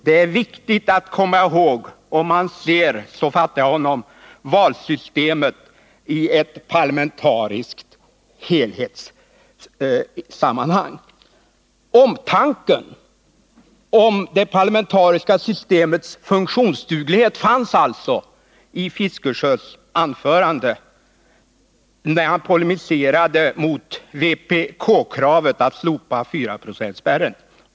Det är viktigt att komma ihåg om man — så fattade jag honom — ser valsystemet i ett parlamentariskt helhetssammanhang. Omtanken om det parlamentariska systemets funktionsduglighet fanns alltså i Bertil Fiskesjös anförande, när han polemiserade mot vpk-kravet på att slopa 4-procentsspärren.